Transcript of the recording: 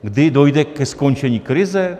Kdy dojde ke skončení krize?